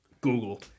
Google